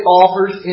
offers